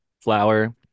flour